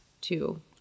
two